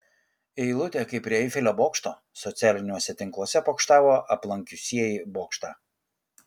eilutė kaip prie eifelio bokšto socialiniuose tinkluose pokštavo aplankiusieji bokštą